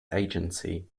agency